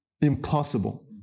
impossible